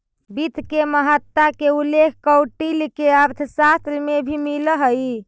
वित्त के महत्ता के उल्लेख कौटिल्य के अर्थशास्त्र में भी मिलऽ हइ